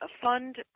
fund